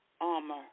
armor